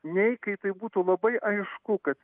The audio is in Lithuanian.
nei kai tai būtų labai aišku kad